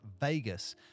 Vegas